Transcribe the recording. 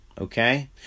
Okay